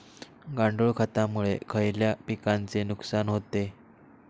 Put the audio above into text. गांडूळ खतामुळे खयल्या पिकांचे नुकसान होते?